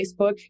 Facebook